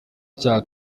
icyaha